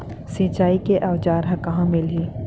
सिंचाई के औज़ार हा कहाँ मिलही?